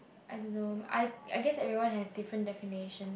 I don't know I I guess everyone have a different definition